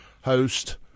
host